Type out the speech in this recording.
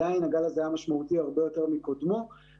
בוקר טוב.